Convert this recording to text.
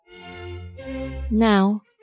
Now